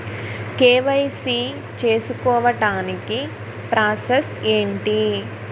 KYC చేసుకోవటానికి process ఏంటి?